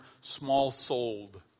Small-souled